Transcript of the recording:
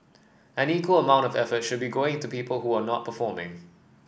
an equal amount of effort should be going into people who are not performing